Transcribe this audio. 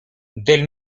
del